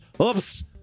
Oops